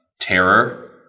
Terror